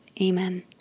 Amen